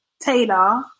Taylor